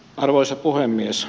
arvoisa puhemies